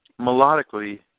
melodically